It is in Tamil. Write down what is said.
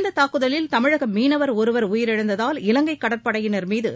இந்தத் தாக்குதலில் தமிழக மீனவர் ஒருவர் உயிரிழந்ததால் இலங்கை கடற்படையினர் மீது